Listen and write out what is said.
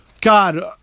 God